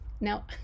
Now